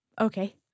Okay